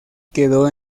quedó